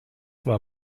war